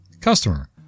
Customer